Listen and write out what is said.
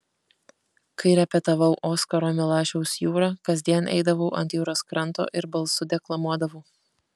kai repetavau oskaro milašiaus jūrą kasdien eidavau ant jūros kranto ir balsu deklamuodavau